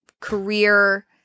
career